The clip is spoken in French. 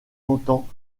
longtemps